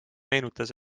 meenutas